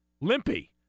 limpy